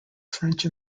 french